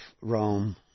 Rome